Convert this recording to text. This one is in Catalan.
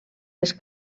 les